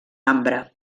ambre